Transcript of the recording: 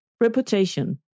reputation